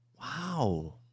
wow